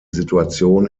situation